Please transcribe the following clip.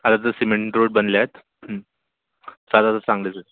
आता तर cement road बनले आहेत हं साधारण चांगलेच आहेत